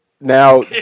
Now